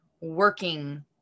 working